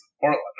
Portland